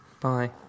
Bye